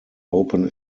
open